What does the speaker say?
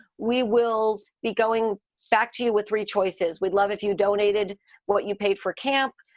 we will be going back to you with three choices we'd love if you donated what you paid for camp.